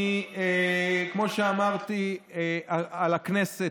כמו שאמרתי, על הכנסת,